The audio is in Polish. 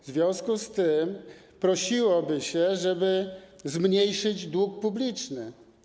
W związku z tym aż prosiłoby się, żeby zmniejszyć dług publiczny.